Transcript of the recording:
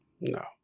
No